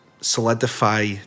solidify